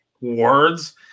words